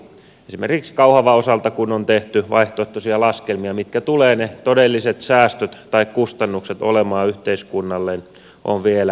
esimerkiksi kun kauhavan osalta on tehty vaihtoehtoisia laskelmia se mitkä tulevat ne todelliset säästöt tai kustannukset olemaan yhteiskunnalle on vielä auki